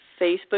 Facebook